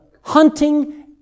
hunting